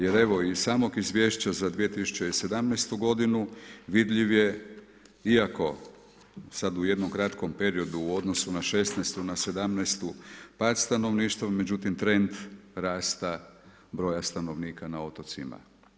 Jer evo iz samog izvješća za 2017. g. vidljiv je iako sada u jednom kratkom periodu u odnosu na '16. na '17. pad stanovništva, međutim, trend rasta broja stanovnika na otocima.